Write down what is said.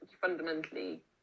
fundamentally